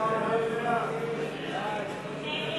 ההסתייגות של חברת הכנסת מיכל